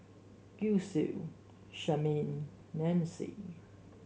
Gisele Charmaine Nancy